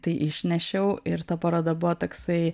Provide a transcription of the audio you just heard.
tai išnešiau ir ta paroda buvo toksai